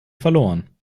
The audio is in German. verloren